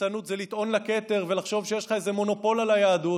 ליצנות זה לטעון לכתר ולחשוב שיש לך איזה מונופול על היהדות.